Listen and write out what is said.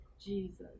Jesus